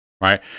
Right